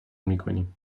میکنیم